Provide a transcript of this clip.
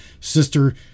sister